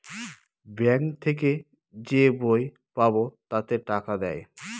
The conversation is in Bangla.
ব্যাঙ্ক থেকে যে বই পাবো তাতে টাকা দেয়